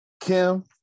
Kim